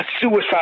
suicide